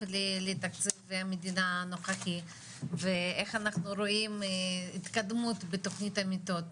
לתקציב מדינה הנוכחי ואיך אנחנו רואים התקדמות בתוכנית המיטות.